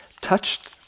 touched